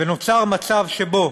ונוצר מצב שבו